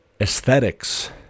Aesthetics